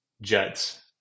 Jets